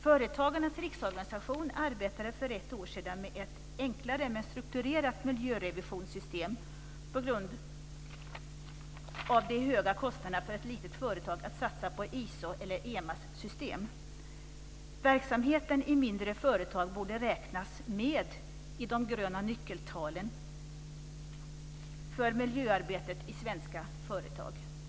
Företagarnas Riksorganisation arbetade för ett år sedan med ett enklare men strukturerat miljörevisionssystem på grund av de höga kostnaderna för ett litet företag att satsa på ISO eller EMAS-system. Verksamheten i mindre företag borde räknas med i de gröna nyckeltalen för miljöarbetet i svenska företag.